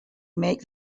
make